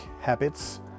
habits